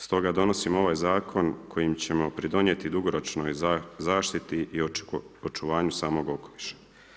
Stoga donosimo ovaj zakon kojima ćemo pridonijeti dugoročnoj zaštiti i očuvanju samog okoliša.